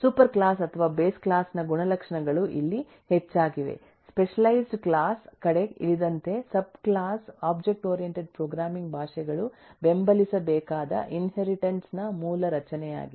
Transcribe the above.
super class ಅಥವಾ base class ನ ಗುಣಲಕ್ಷಣಗಳು ಇಲ್ಲಿ ಹೆಚ್ಚಾಗಿದೆ ಸ್ಪೆಷಲೈಸ್ಡ್ ಕ್ಲಾಸ್ ಕಡೆ ಇಳಿದಂತೆ sub class object oriented programming ಭಾಷೆಗಳು ಬೆಂಬಲಿಸಬೇಕಾದ ಇನ್ಹೆರಿಟನ್ಸ್ ನ ಮೂಲ ರಚನೆಯಾಗಿದೆ